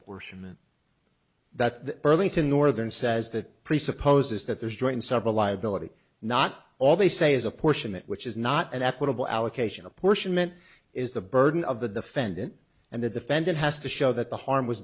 certain that the burlington northern says that presupposes that there's joint several liability not all they say is a portion that which is not an equitable allocation apportionment is the burden of the defendant and the defendant has to show that the harm was